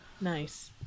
nice